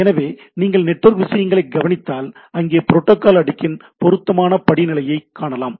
எனவே நீங்கள் நெட்வொர்க் விஷயங்களை கவனித்தால் அங்கே புரோட்டோகால் அடுக்கின் பொருத்தமான படிநிலையை காணலாம்